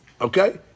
okay